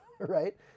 right